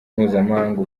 mpuzamahanga